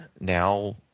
now